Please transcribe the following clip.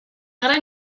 gran